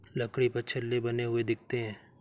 लकड़ी पर छल्ले बने हुए दिखते हैं